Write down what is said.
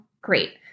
Great